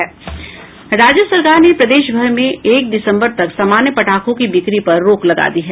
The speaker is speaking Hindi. राज्य सरकार ने प्रदेशभर में एक दिसम्बर तक सामान्य पटाखों की बिक्री पर रोक लगा दी है